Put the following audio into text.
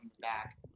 back